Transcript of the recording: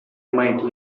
might